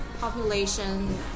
population